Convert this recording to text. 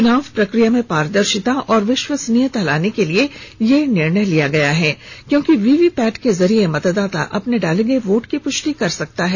चुनाव प्रक्रिया में पारदर्शिता और विश्वसनीयता लाने के लिए ये निर्णय लिया गया है क्योंकि वीवीपैट के जरिये मतदाता अपने डाले गये वोट की पुष्टि कर सकता है